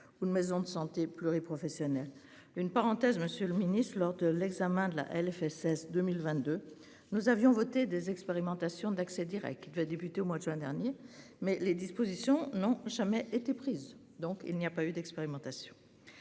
de maisons de santé pluri-professionnelles. Une parenthèse, Monsieur le Ministre, lors de l'examen de la LFSS 2022 nous avions voté des expérimentations d'accès Direct qui doit débuter au mois de juin dernier mais les dispositions n'ont jamais été prise donc il n'y a pas eu d'expérimentation.